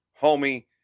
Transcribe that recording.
Homie